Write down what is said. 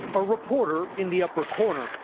but reporter, in the upper corner,